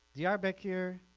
diarbekir,